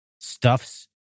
stuffs